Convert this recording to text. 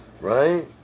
Right